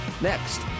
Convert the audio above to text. Next